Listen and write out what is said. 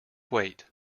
wait